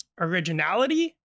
originality